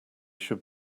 should